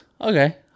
okay